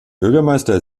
bürgermeister